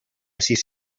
sis